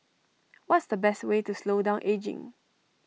what's the best way to slow down ageing